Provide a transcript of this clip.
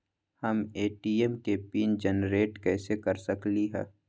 हम ए.टी.एम के PIN generate कईसे कर सकली ह?